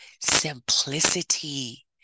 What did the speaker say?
simplicity